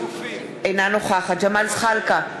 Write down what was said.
אינה נוכחת ג'מאל זחאלקה,